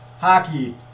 hockey